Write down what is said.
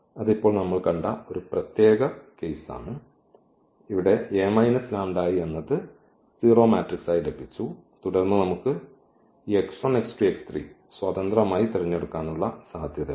അത് ഇപ്പോൾ നമ്മൾ കണ്ട ഒരു പ്രത്യേക കേസാണ് ഇവിടെ എന്നത് 0 മാട്രിക്സ് ആയി ലഭിച്ചു തുടർന്ന് നമ്മൾക്ക് ഈ സ്വതന്ത്രമായി തിരഞ്ഞെടുക്കാനുള്ള സാധ്യത ഉണ്ട്